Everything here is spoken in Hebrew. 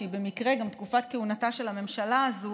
שהיא במקרה גם תקופת כהונתה של הממשלה הזו,